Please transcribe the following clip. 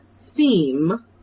theme